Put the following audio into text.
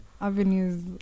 avenues